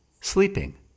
sleeping